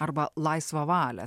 arba laisvą valią